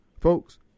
Folks